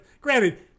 Granted